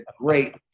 great